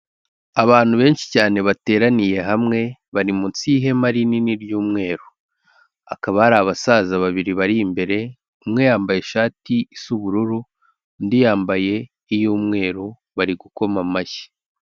Abantu benshi cyane bateraniye hamwe, bari munsi yihema rinini ry'umweru. Hakaba hari abasaza babiri bari imbere, umwe yambaye ishati isa ubururu, undi yambaye iy'umweru bari gukoma amashyi.